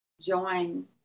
join